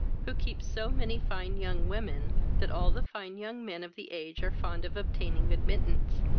who keeps so many fine young women, that all the fine young men of the age are fond of obtaining admittance,